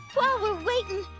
while we're waitin',